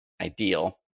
ideal